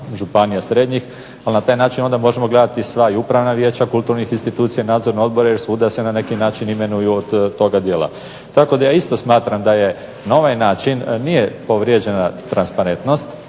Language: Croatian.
županija, srednjih, ali na taj način onda možemo gledati i sva upravna vijeća kulturnih institucija i nadzorne odbore jer svuda se na neki način imenuju od toga dijela. Tako da ja isto smatram da je na ovaj način nije povrijeđena transparentnost,